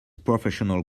professional